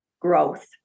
growth